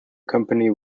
company